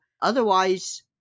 Otherwise